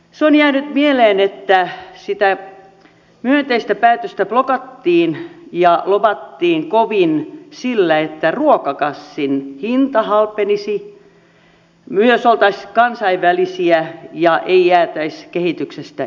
se on jäänyt mieleen että sitä myönteistä päätöstä blokattiin ja lobattiin kovin sillä että ruokakassin hinta halpenisi myös oltaisiin kansainvälisiä ja ei jäätäisi kehityksestä jälkeen